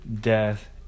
death